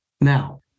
Now